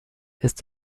ist